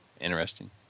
interesting